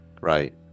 Right